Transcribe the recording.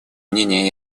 мнения